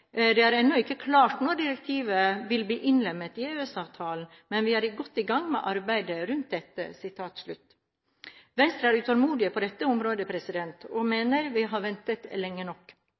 Det er ennå ikke klart når direktivet vil bli innlemmet i EØS-avtalen, men vi er godt i gang med arbeidet rundt det.» Venstre er utålmodig på dette området, og vi mener vi har ventet lenge nok.